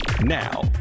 now